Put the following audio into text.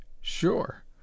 Sure